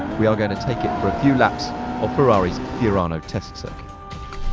we are going to take it for a few laps of ferrari's fiorano test circuit.